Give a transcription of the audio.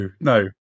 no